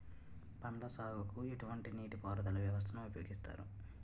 పండ్ల సాగుకు ఎటువంటి నీటి పారుదల వ్యవస్థను ఉపయోగిస్తారు?